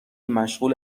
مشغول